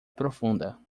profunda